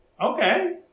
Okay